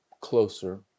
closer